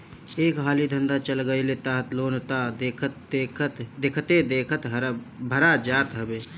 एक हाली धंधा चल गईल तअ लोन तअ देखते देखत भरा जात हवे